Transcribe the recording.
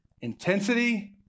intensity